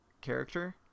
character